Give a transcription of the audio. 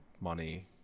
money